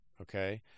okay